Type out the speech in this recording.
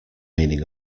meaning